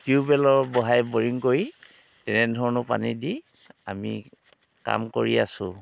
টিউবৱেলৰ বহাই ব'ৰিং কৰি তেনেধৰণৰ পানী দি আমি কাম কৰি আছো